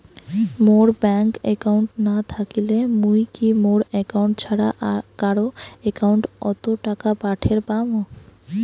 মোর bank account না থাকিলে মুই কি মোর একাউন্ট ছাড়া কারো একাউন্ট অত টাকা পাঠের পাম?